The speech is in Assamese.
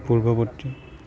পূৰ্ৱবৰ্তী